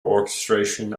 orchestration